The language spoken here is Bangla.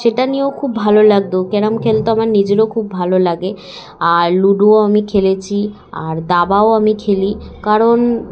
সেটা নিয়েও খুব ভালো লাগতো ক্যারাম খেলতে আমার নিজেরও খুব ভালো লাগে আর লুডোও আমি খেলেছি আর দাবাও আমি খেলি কারণ